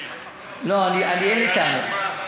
היה לי זמן.